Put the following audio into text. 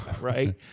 Right